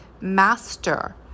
master